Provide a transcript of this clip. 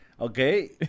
okay